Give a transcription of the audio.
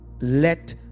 Let